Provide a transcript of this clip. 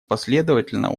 последовательного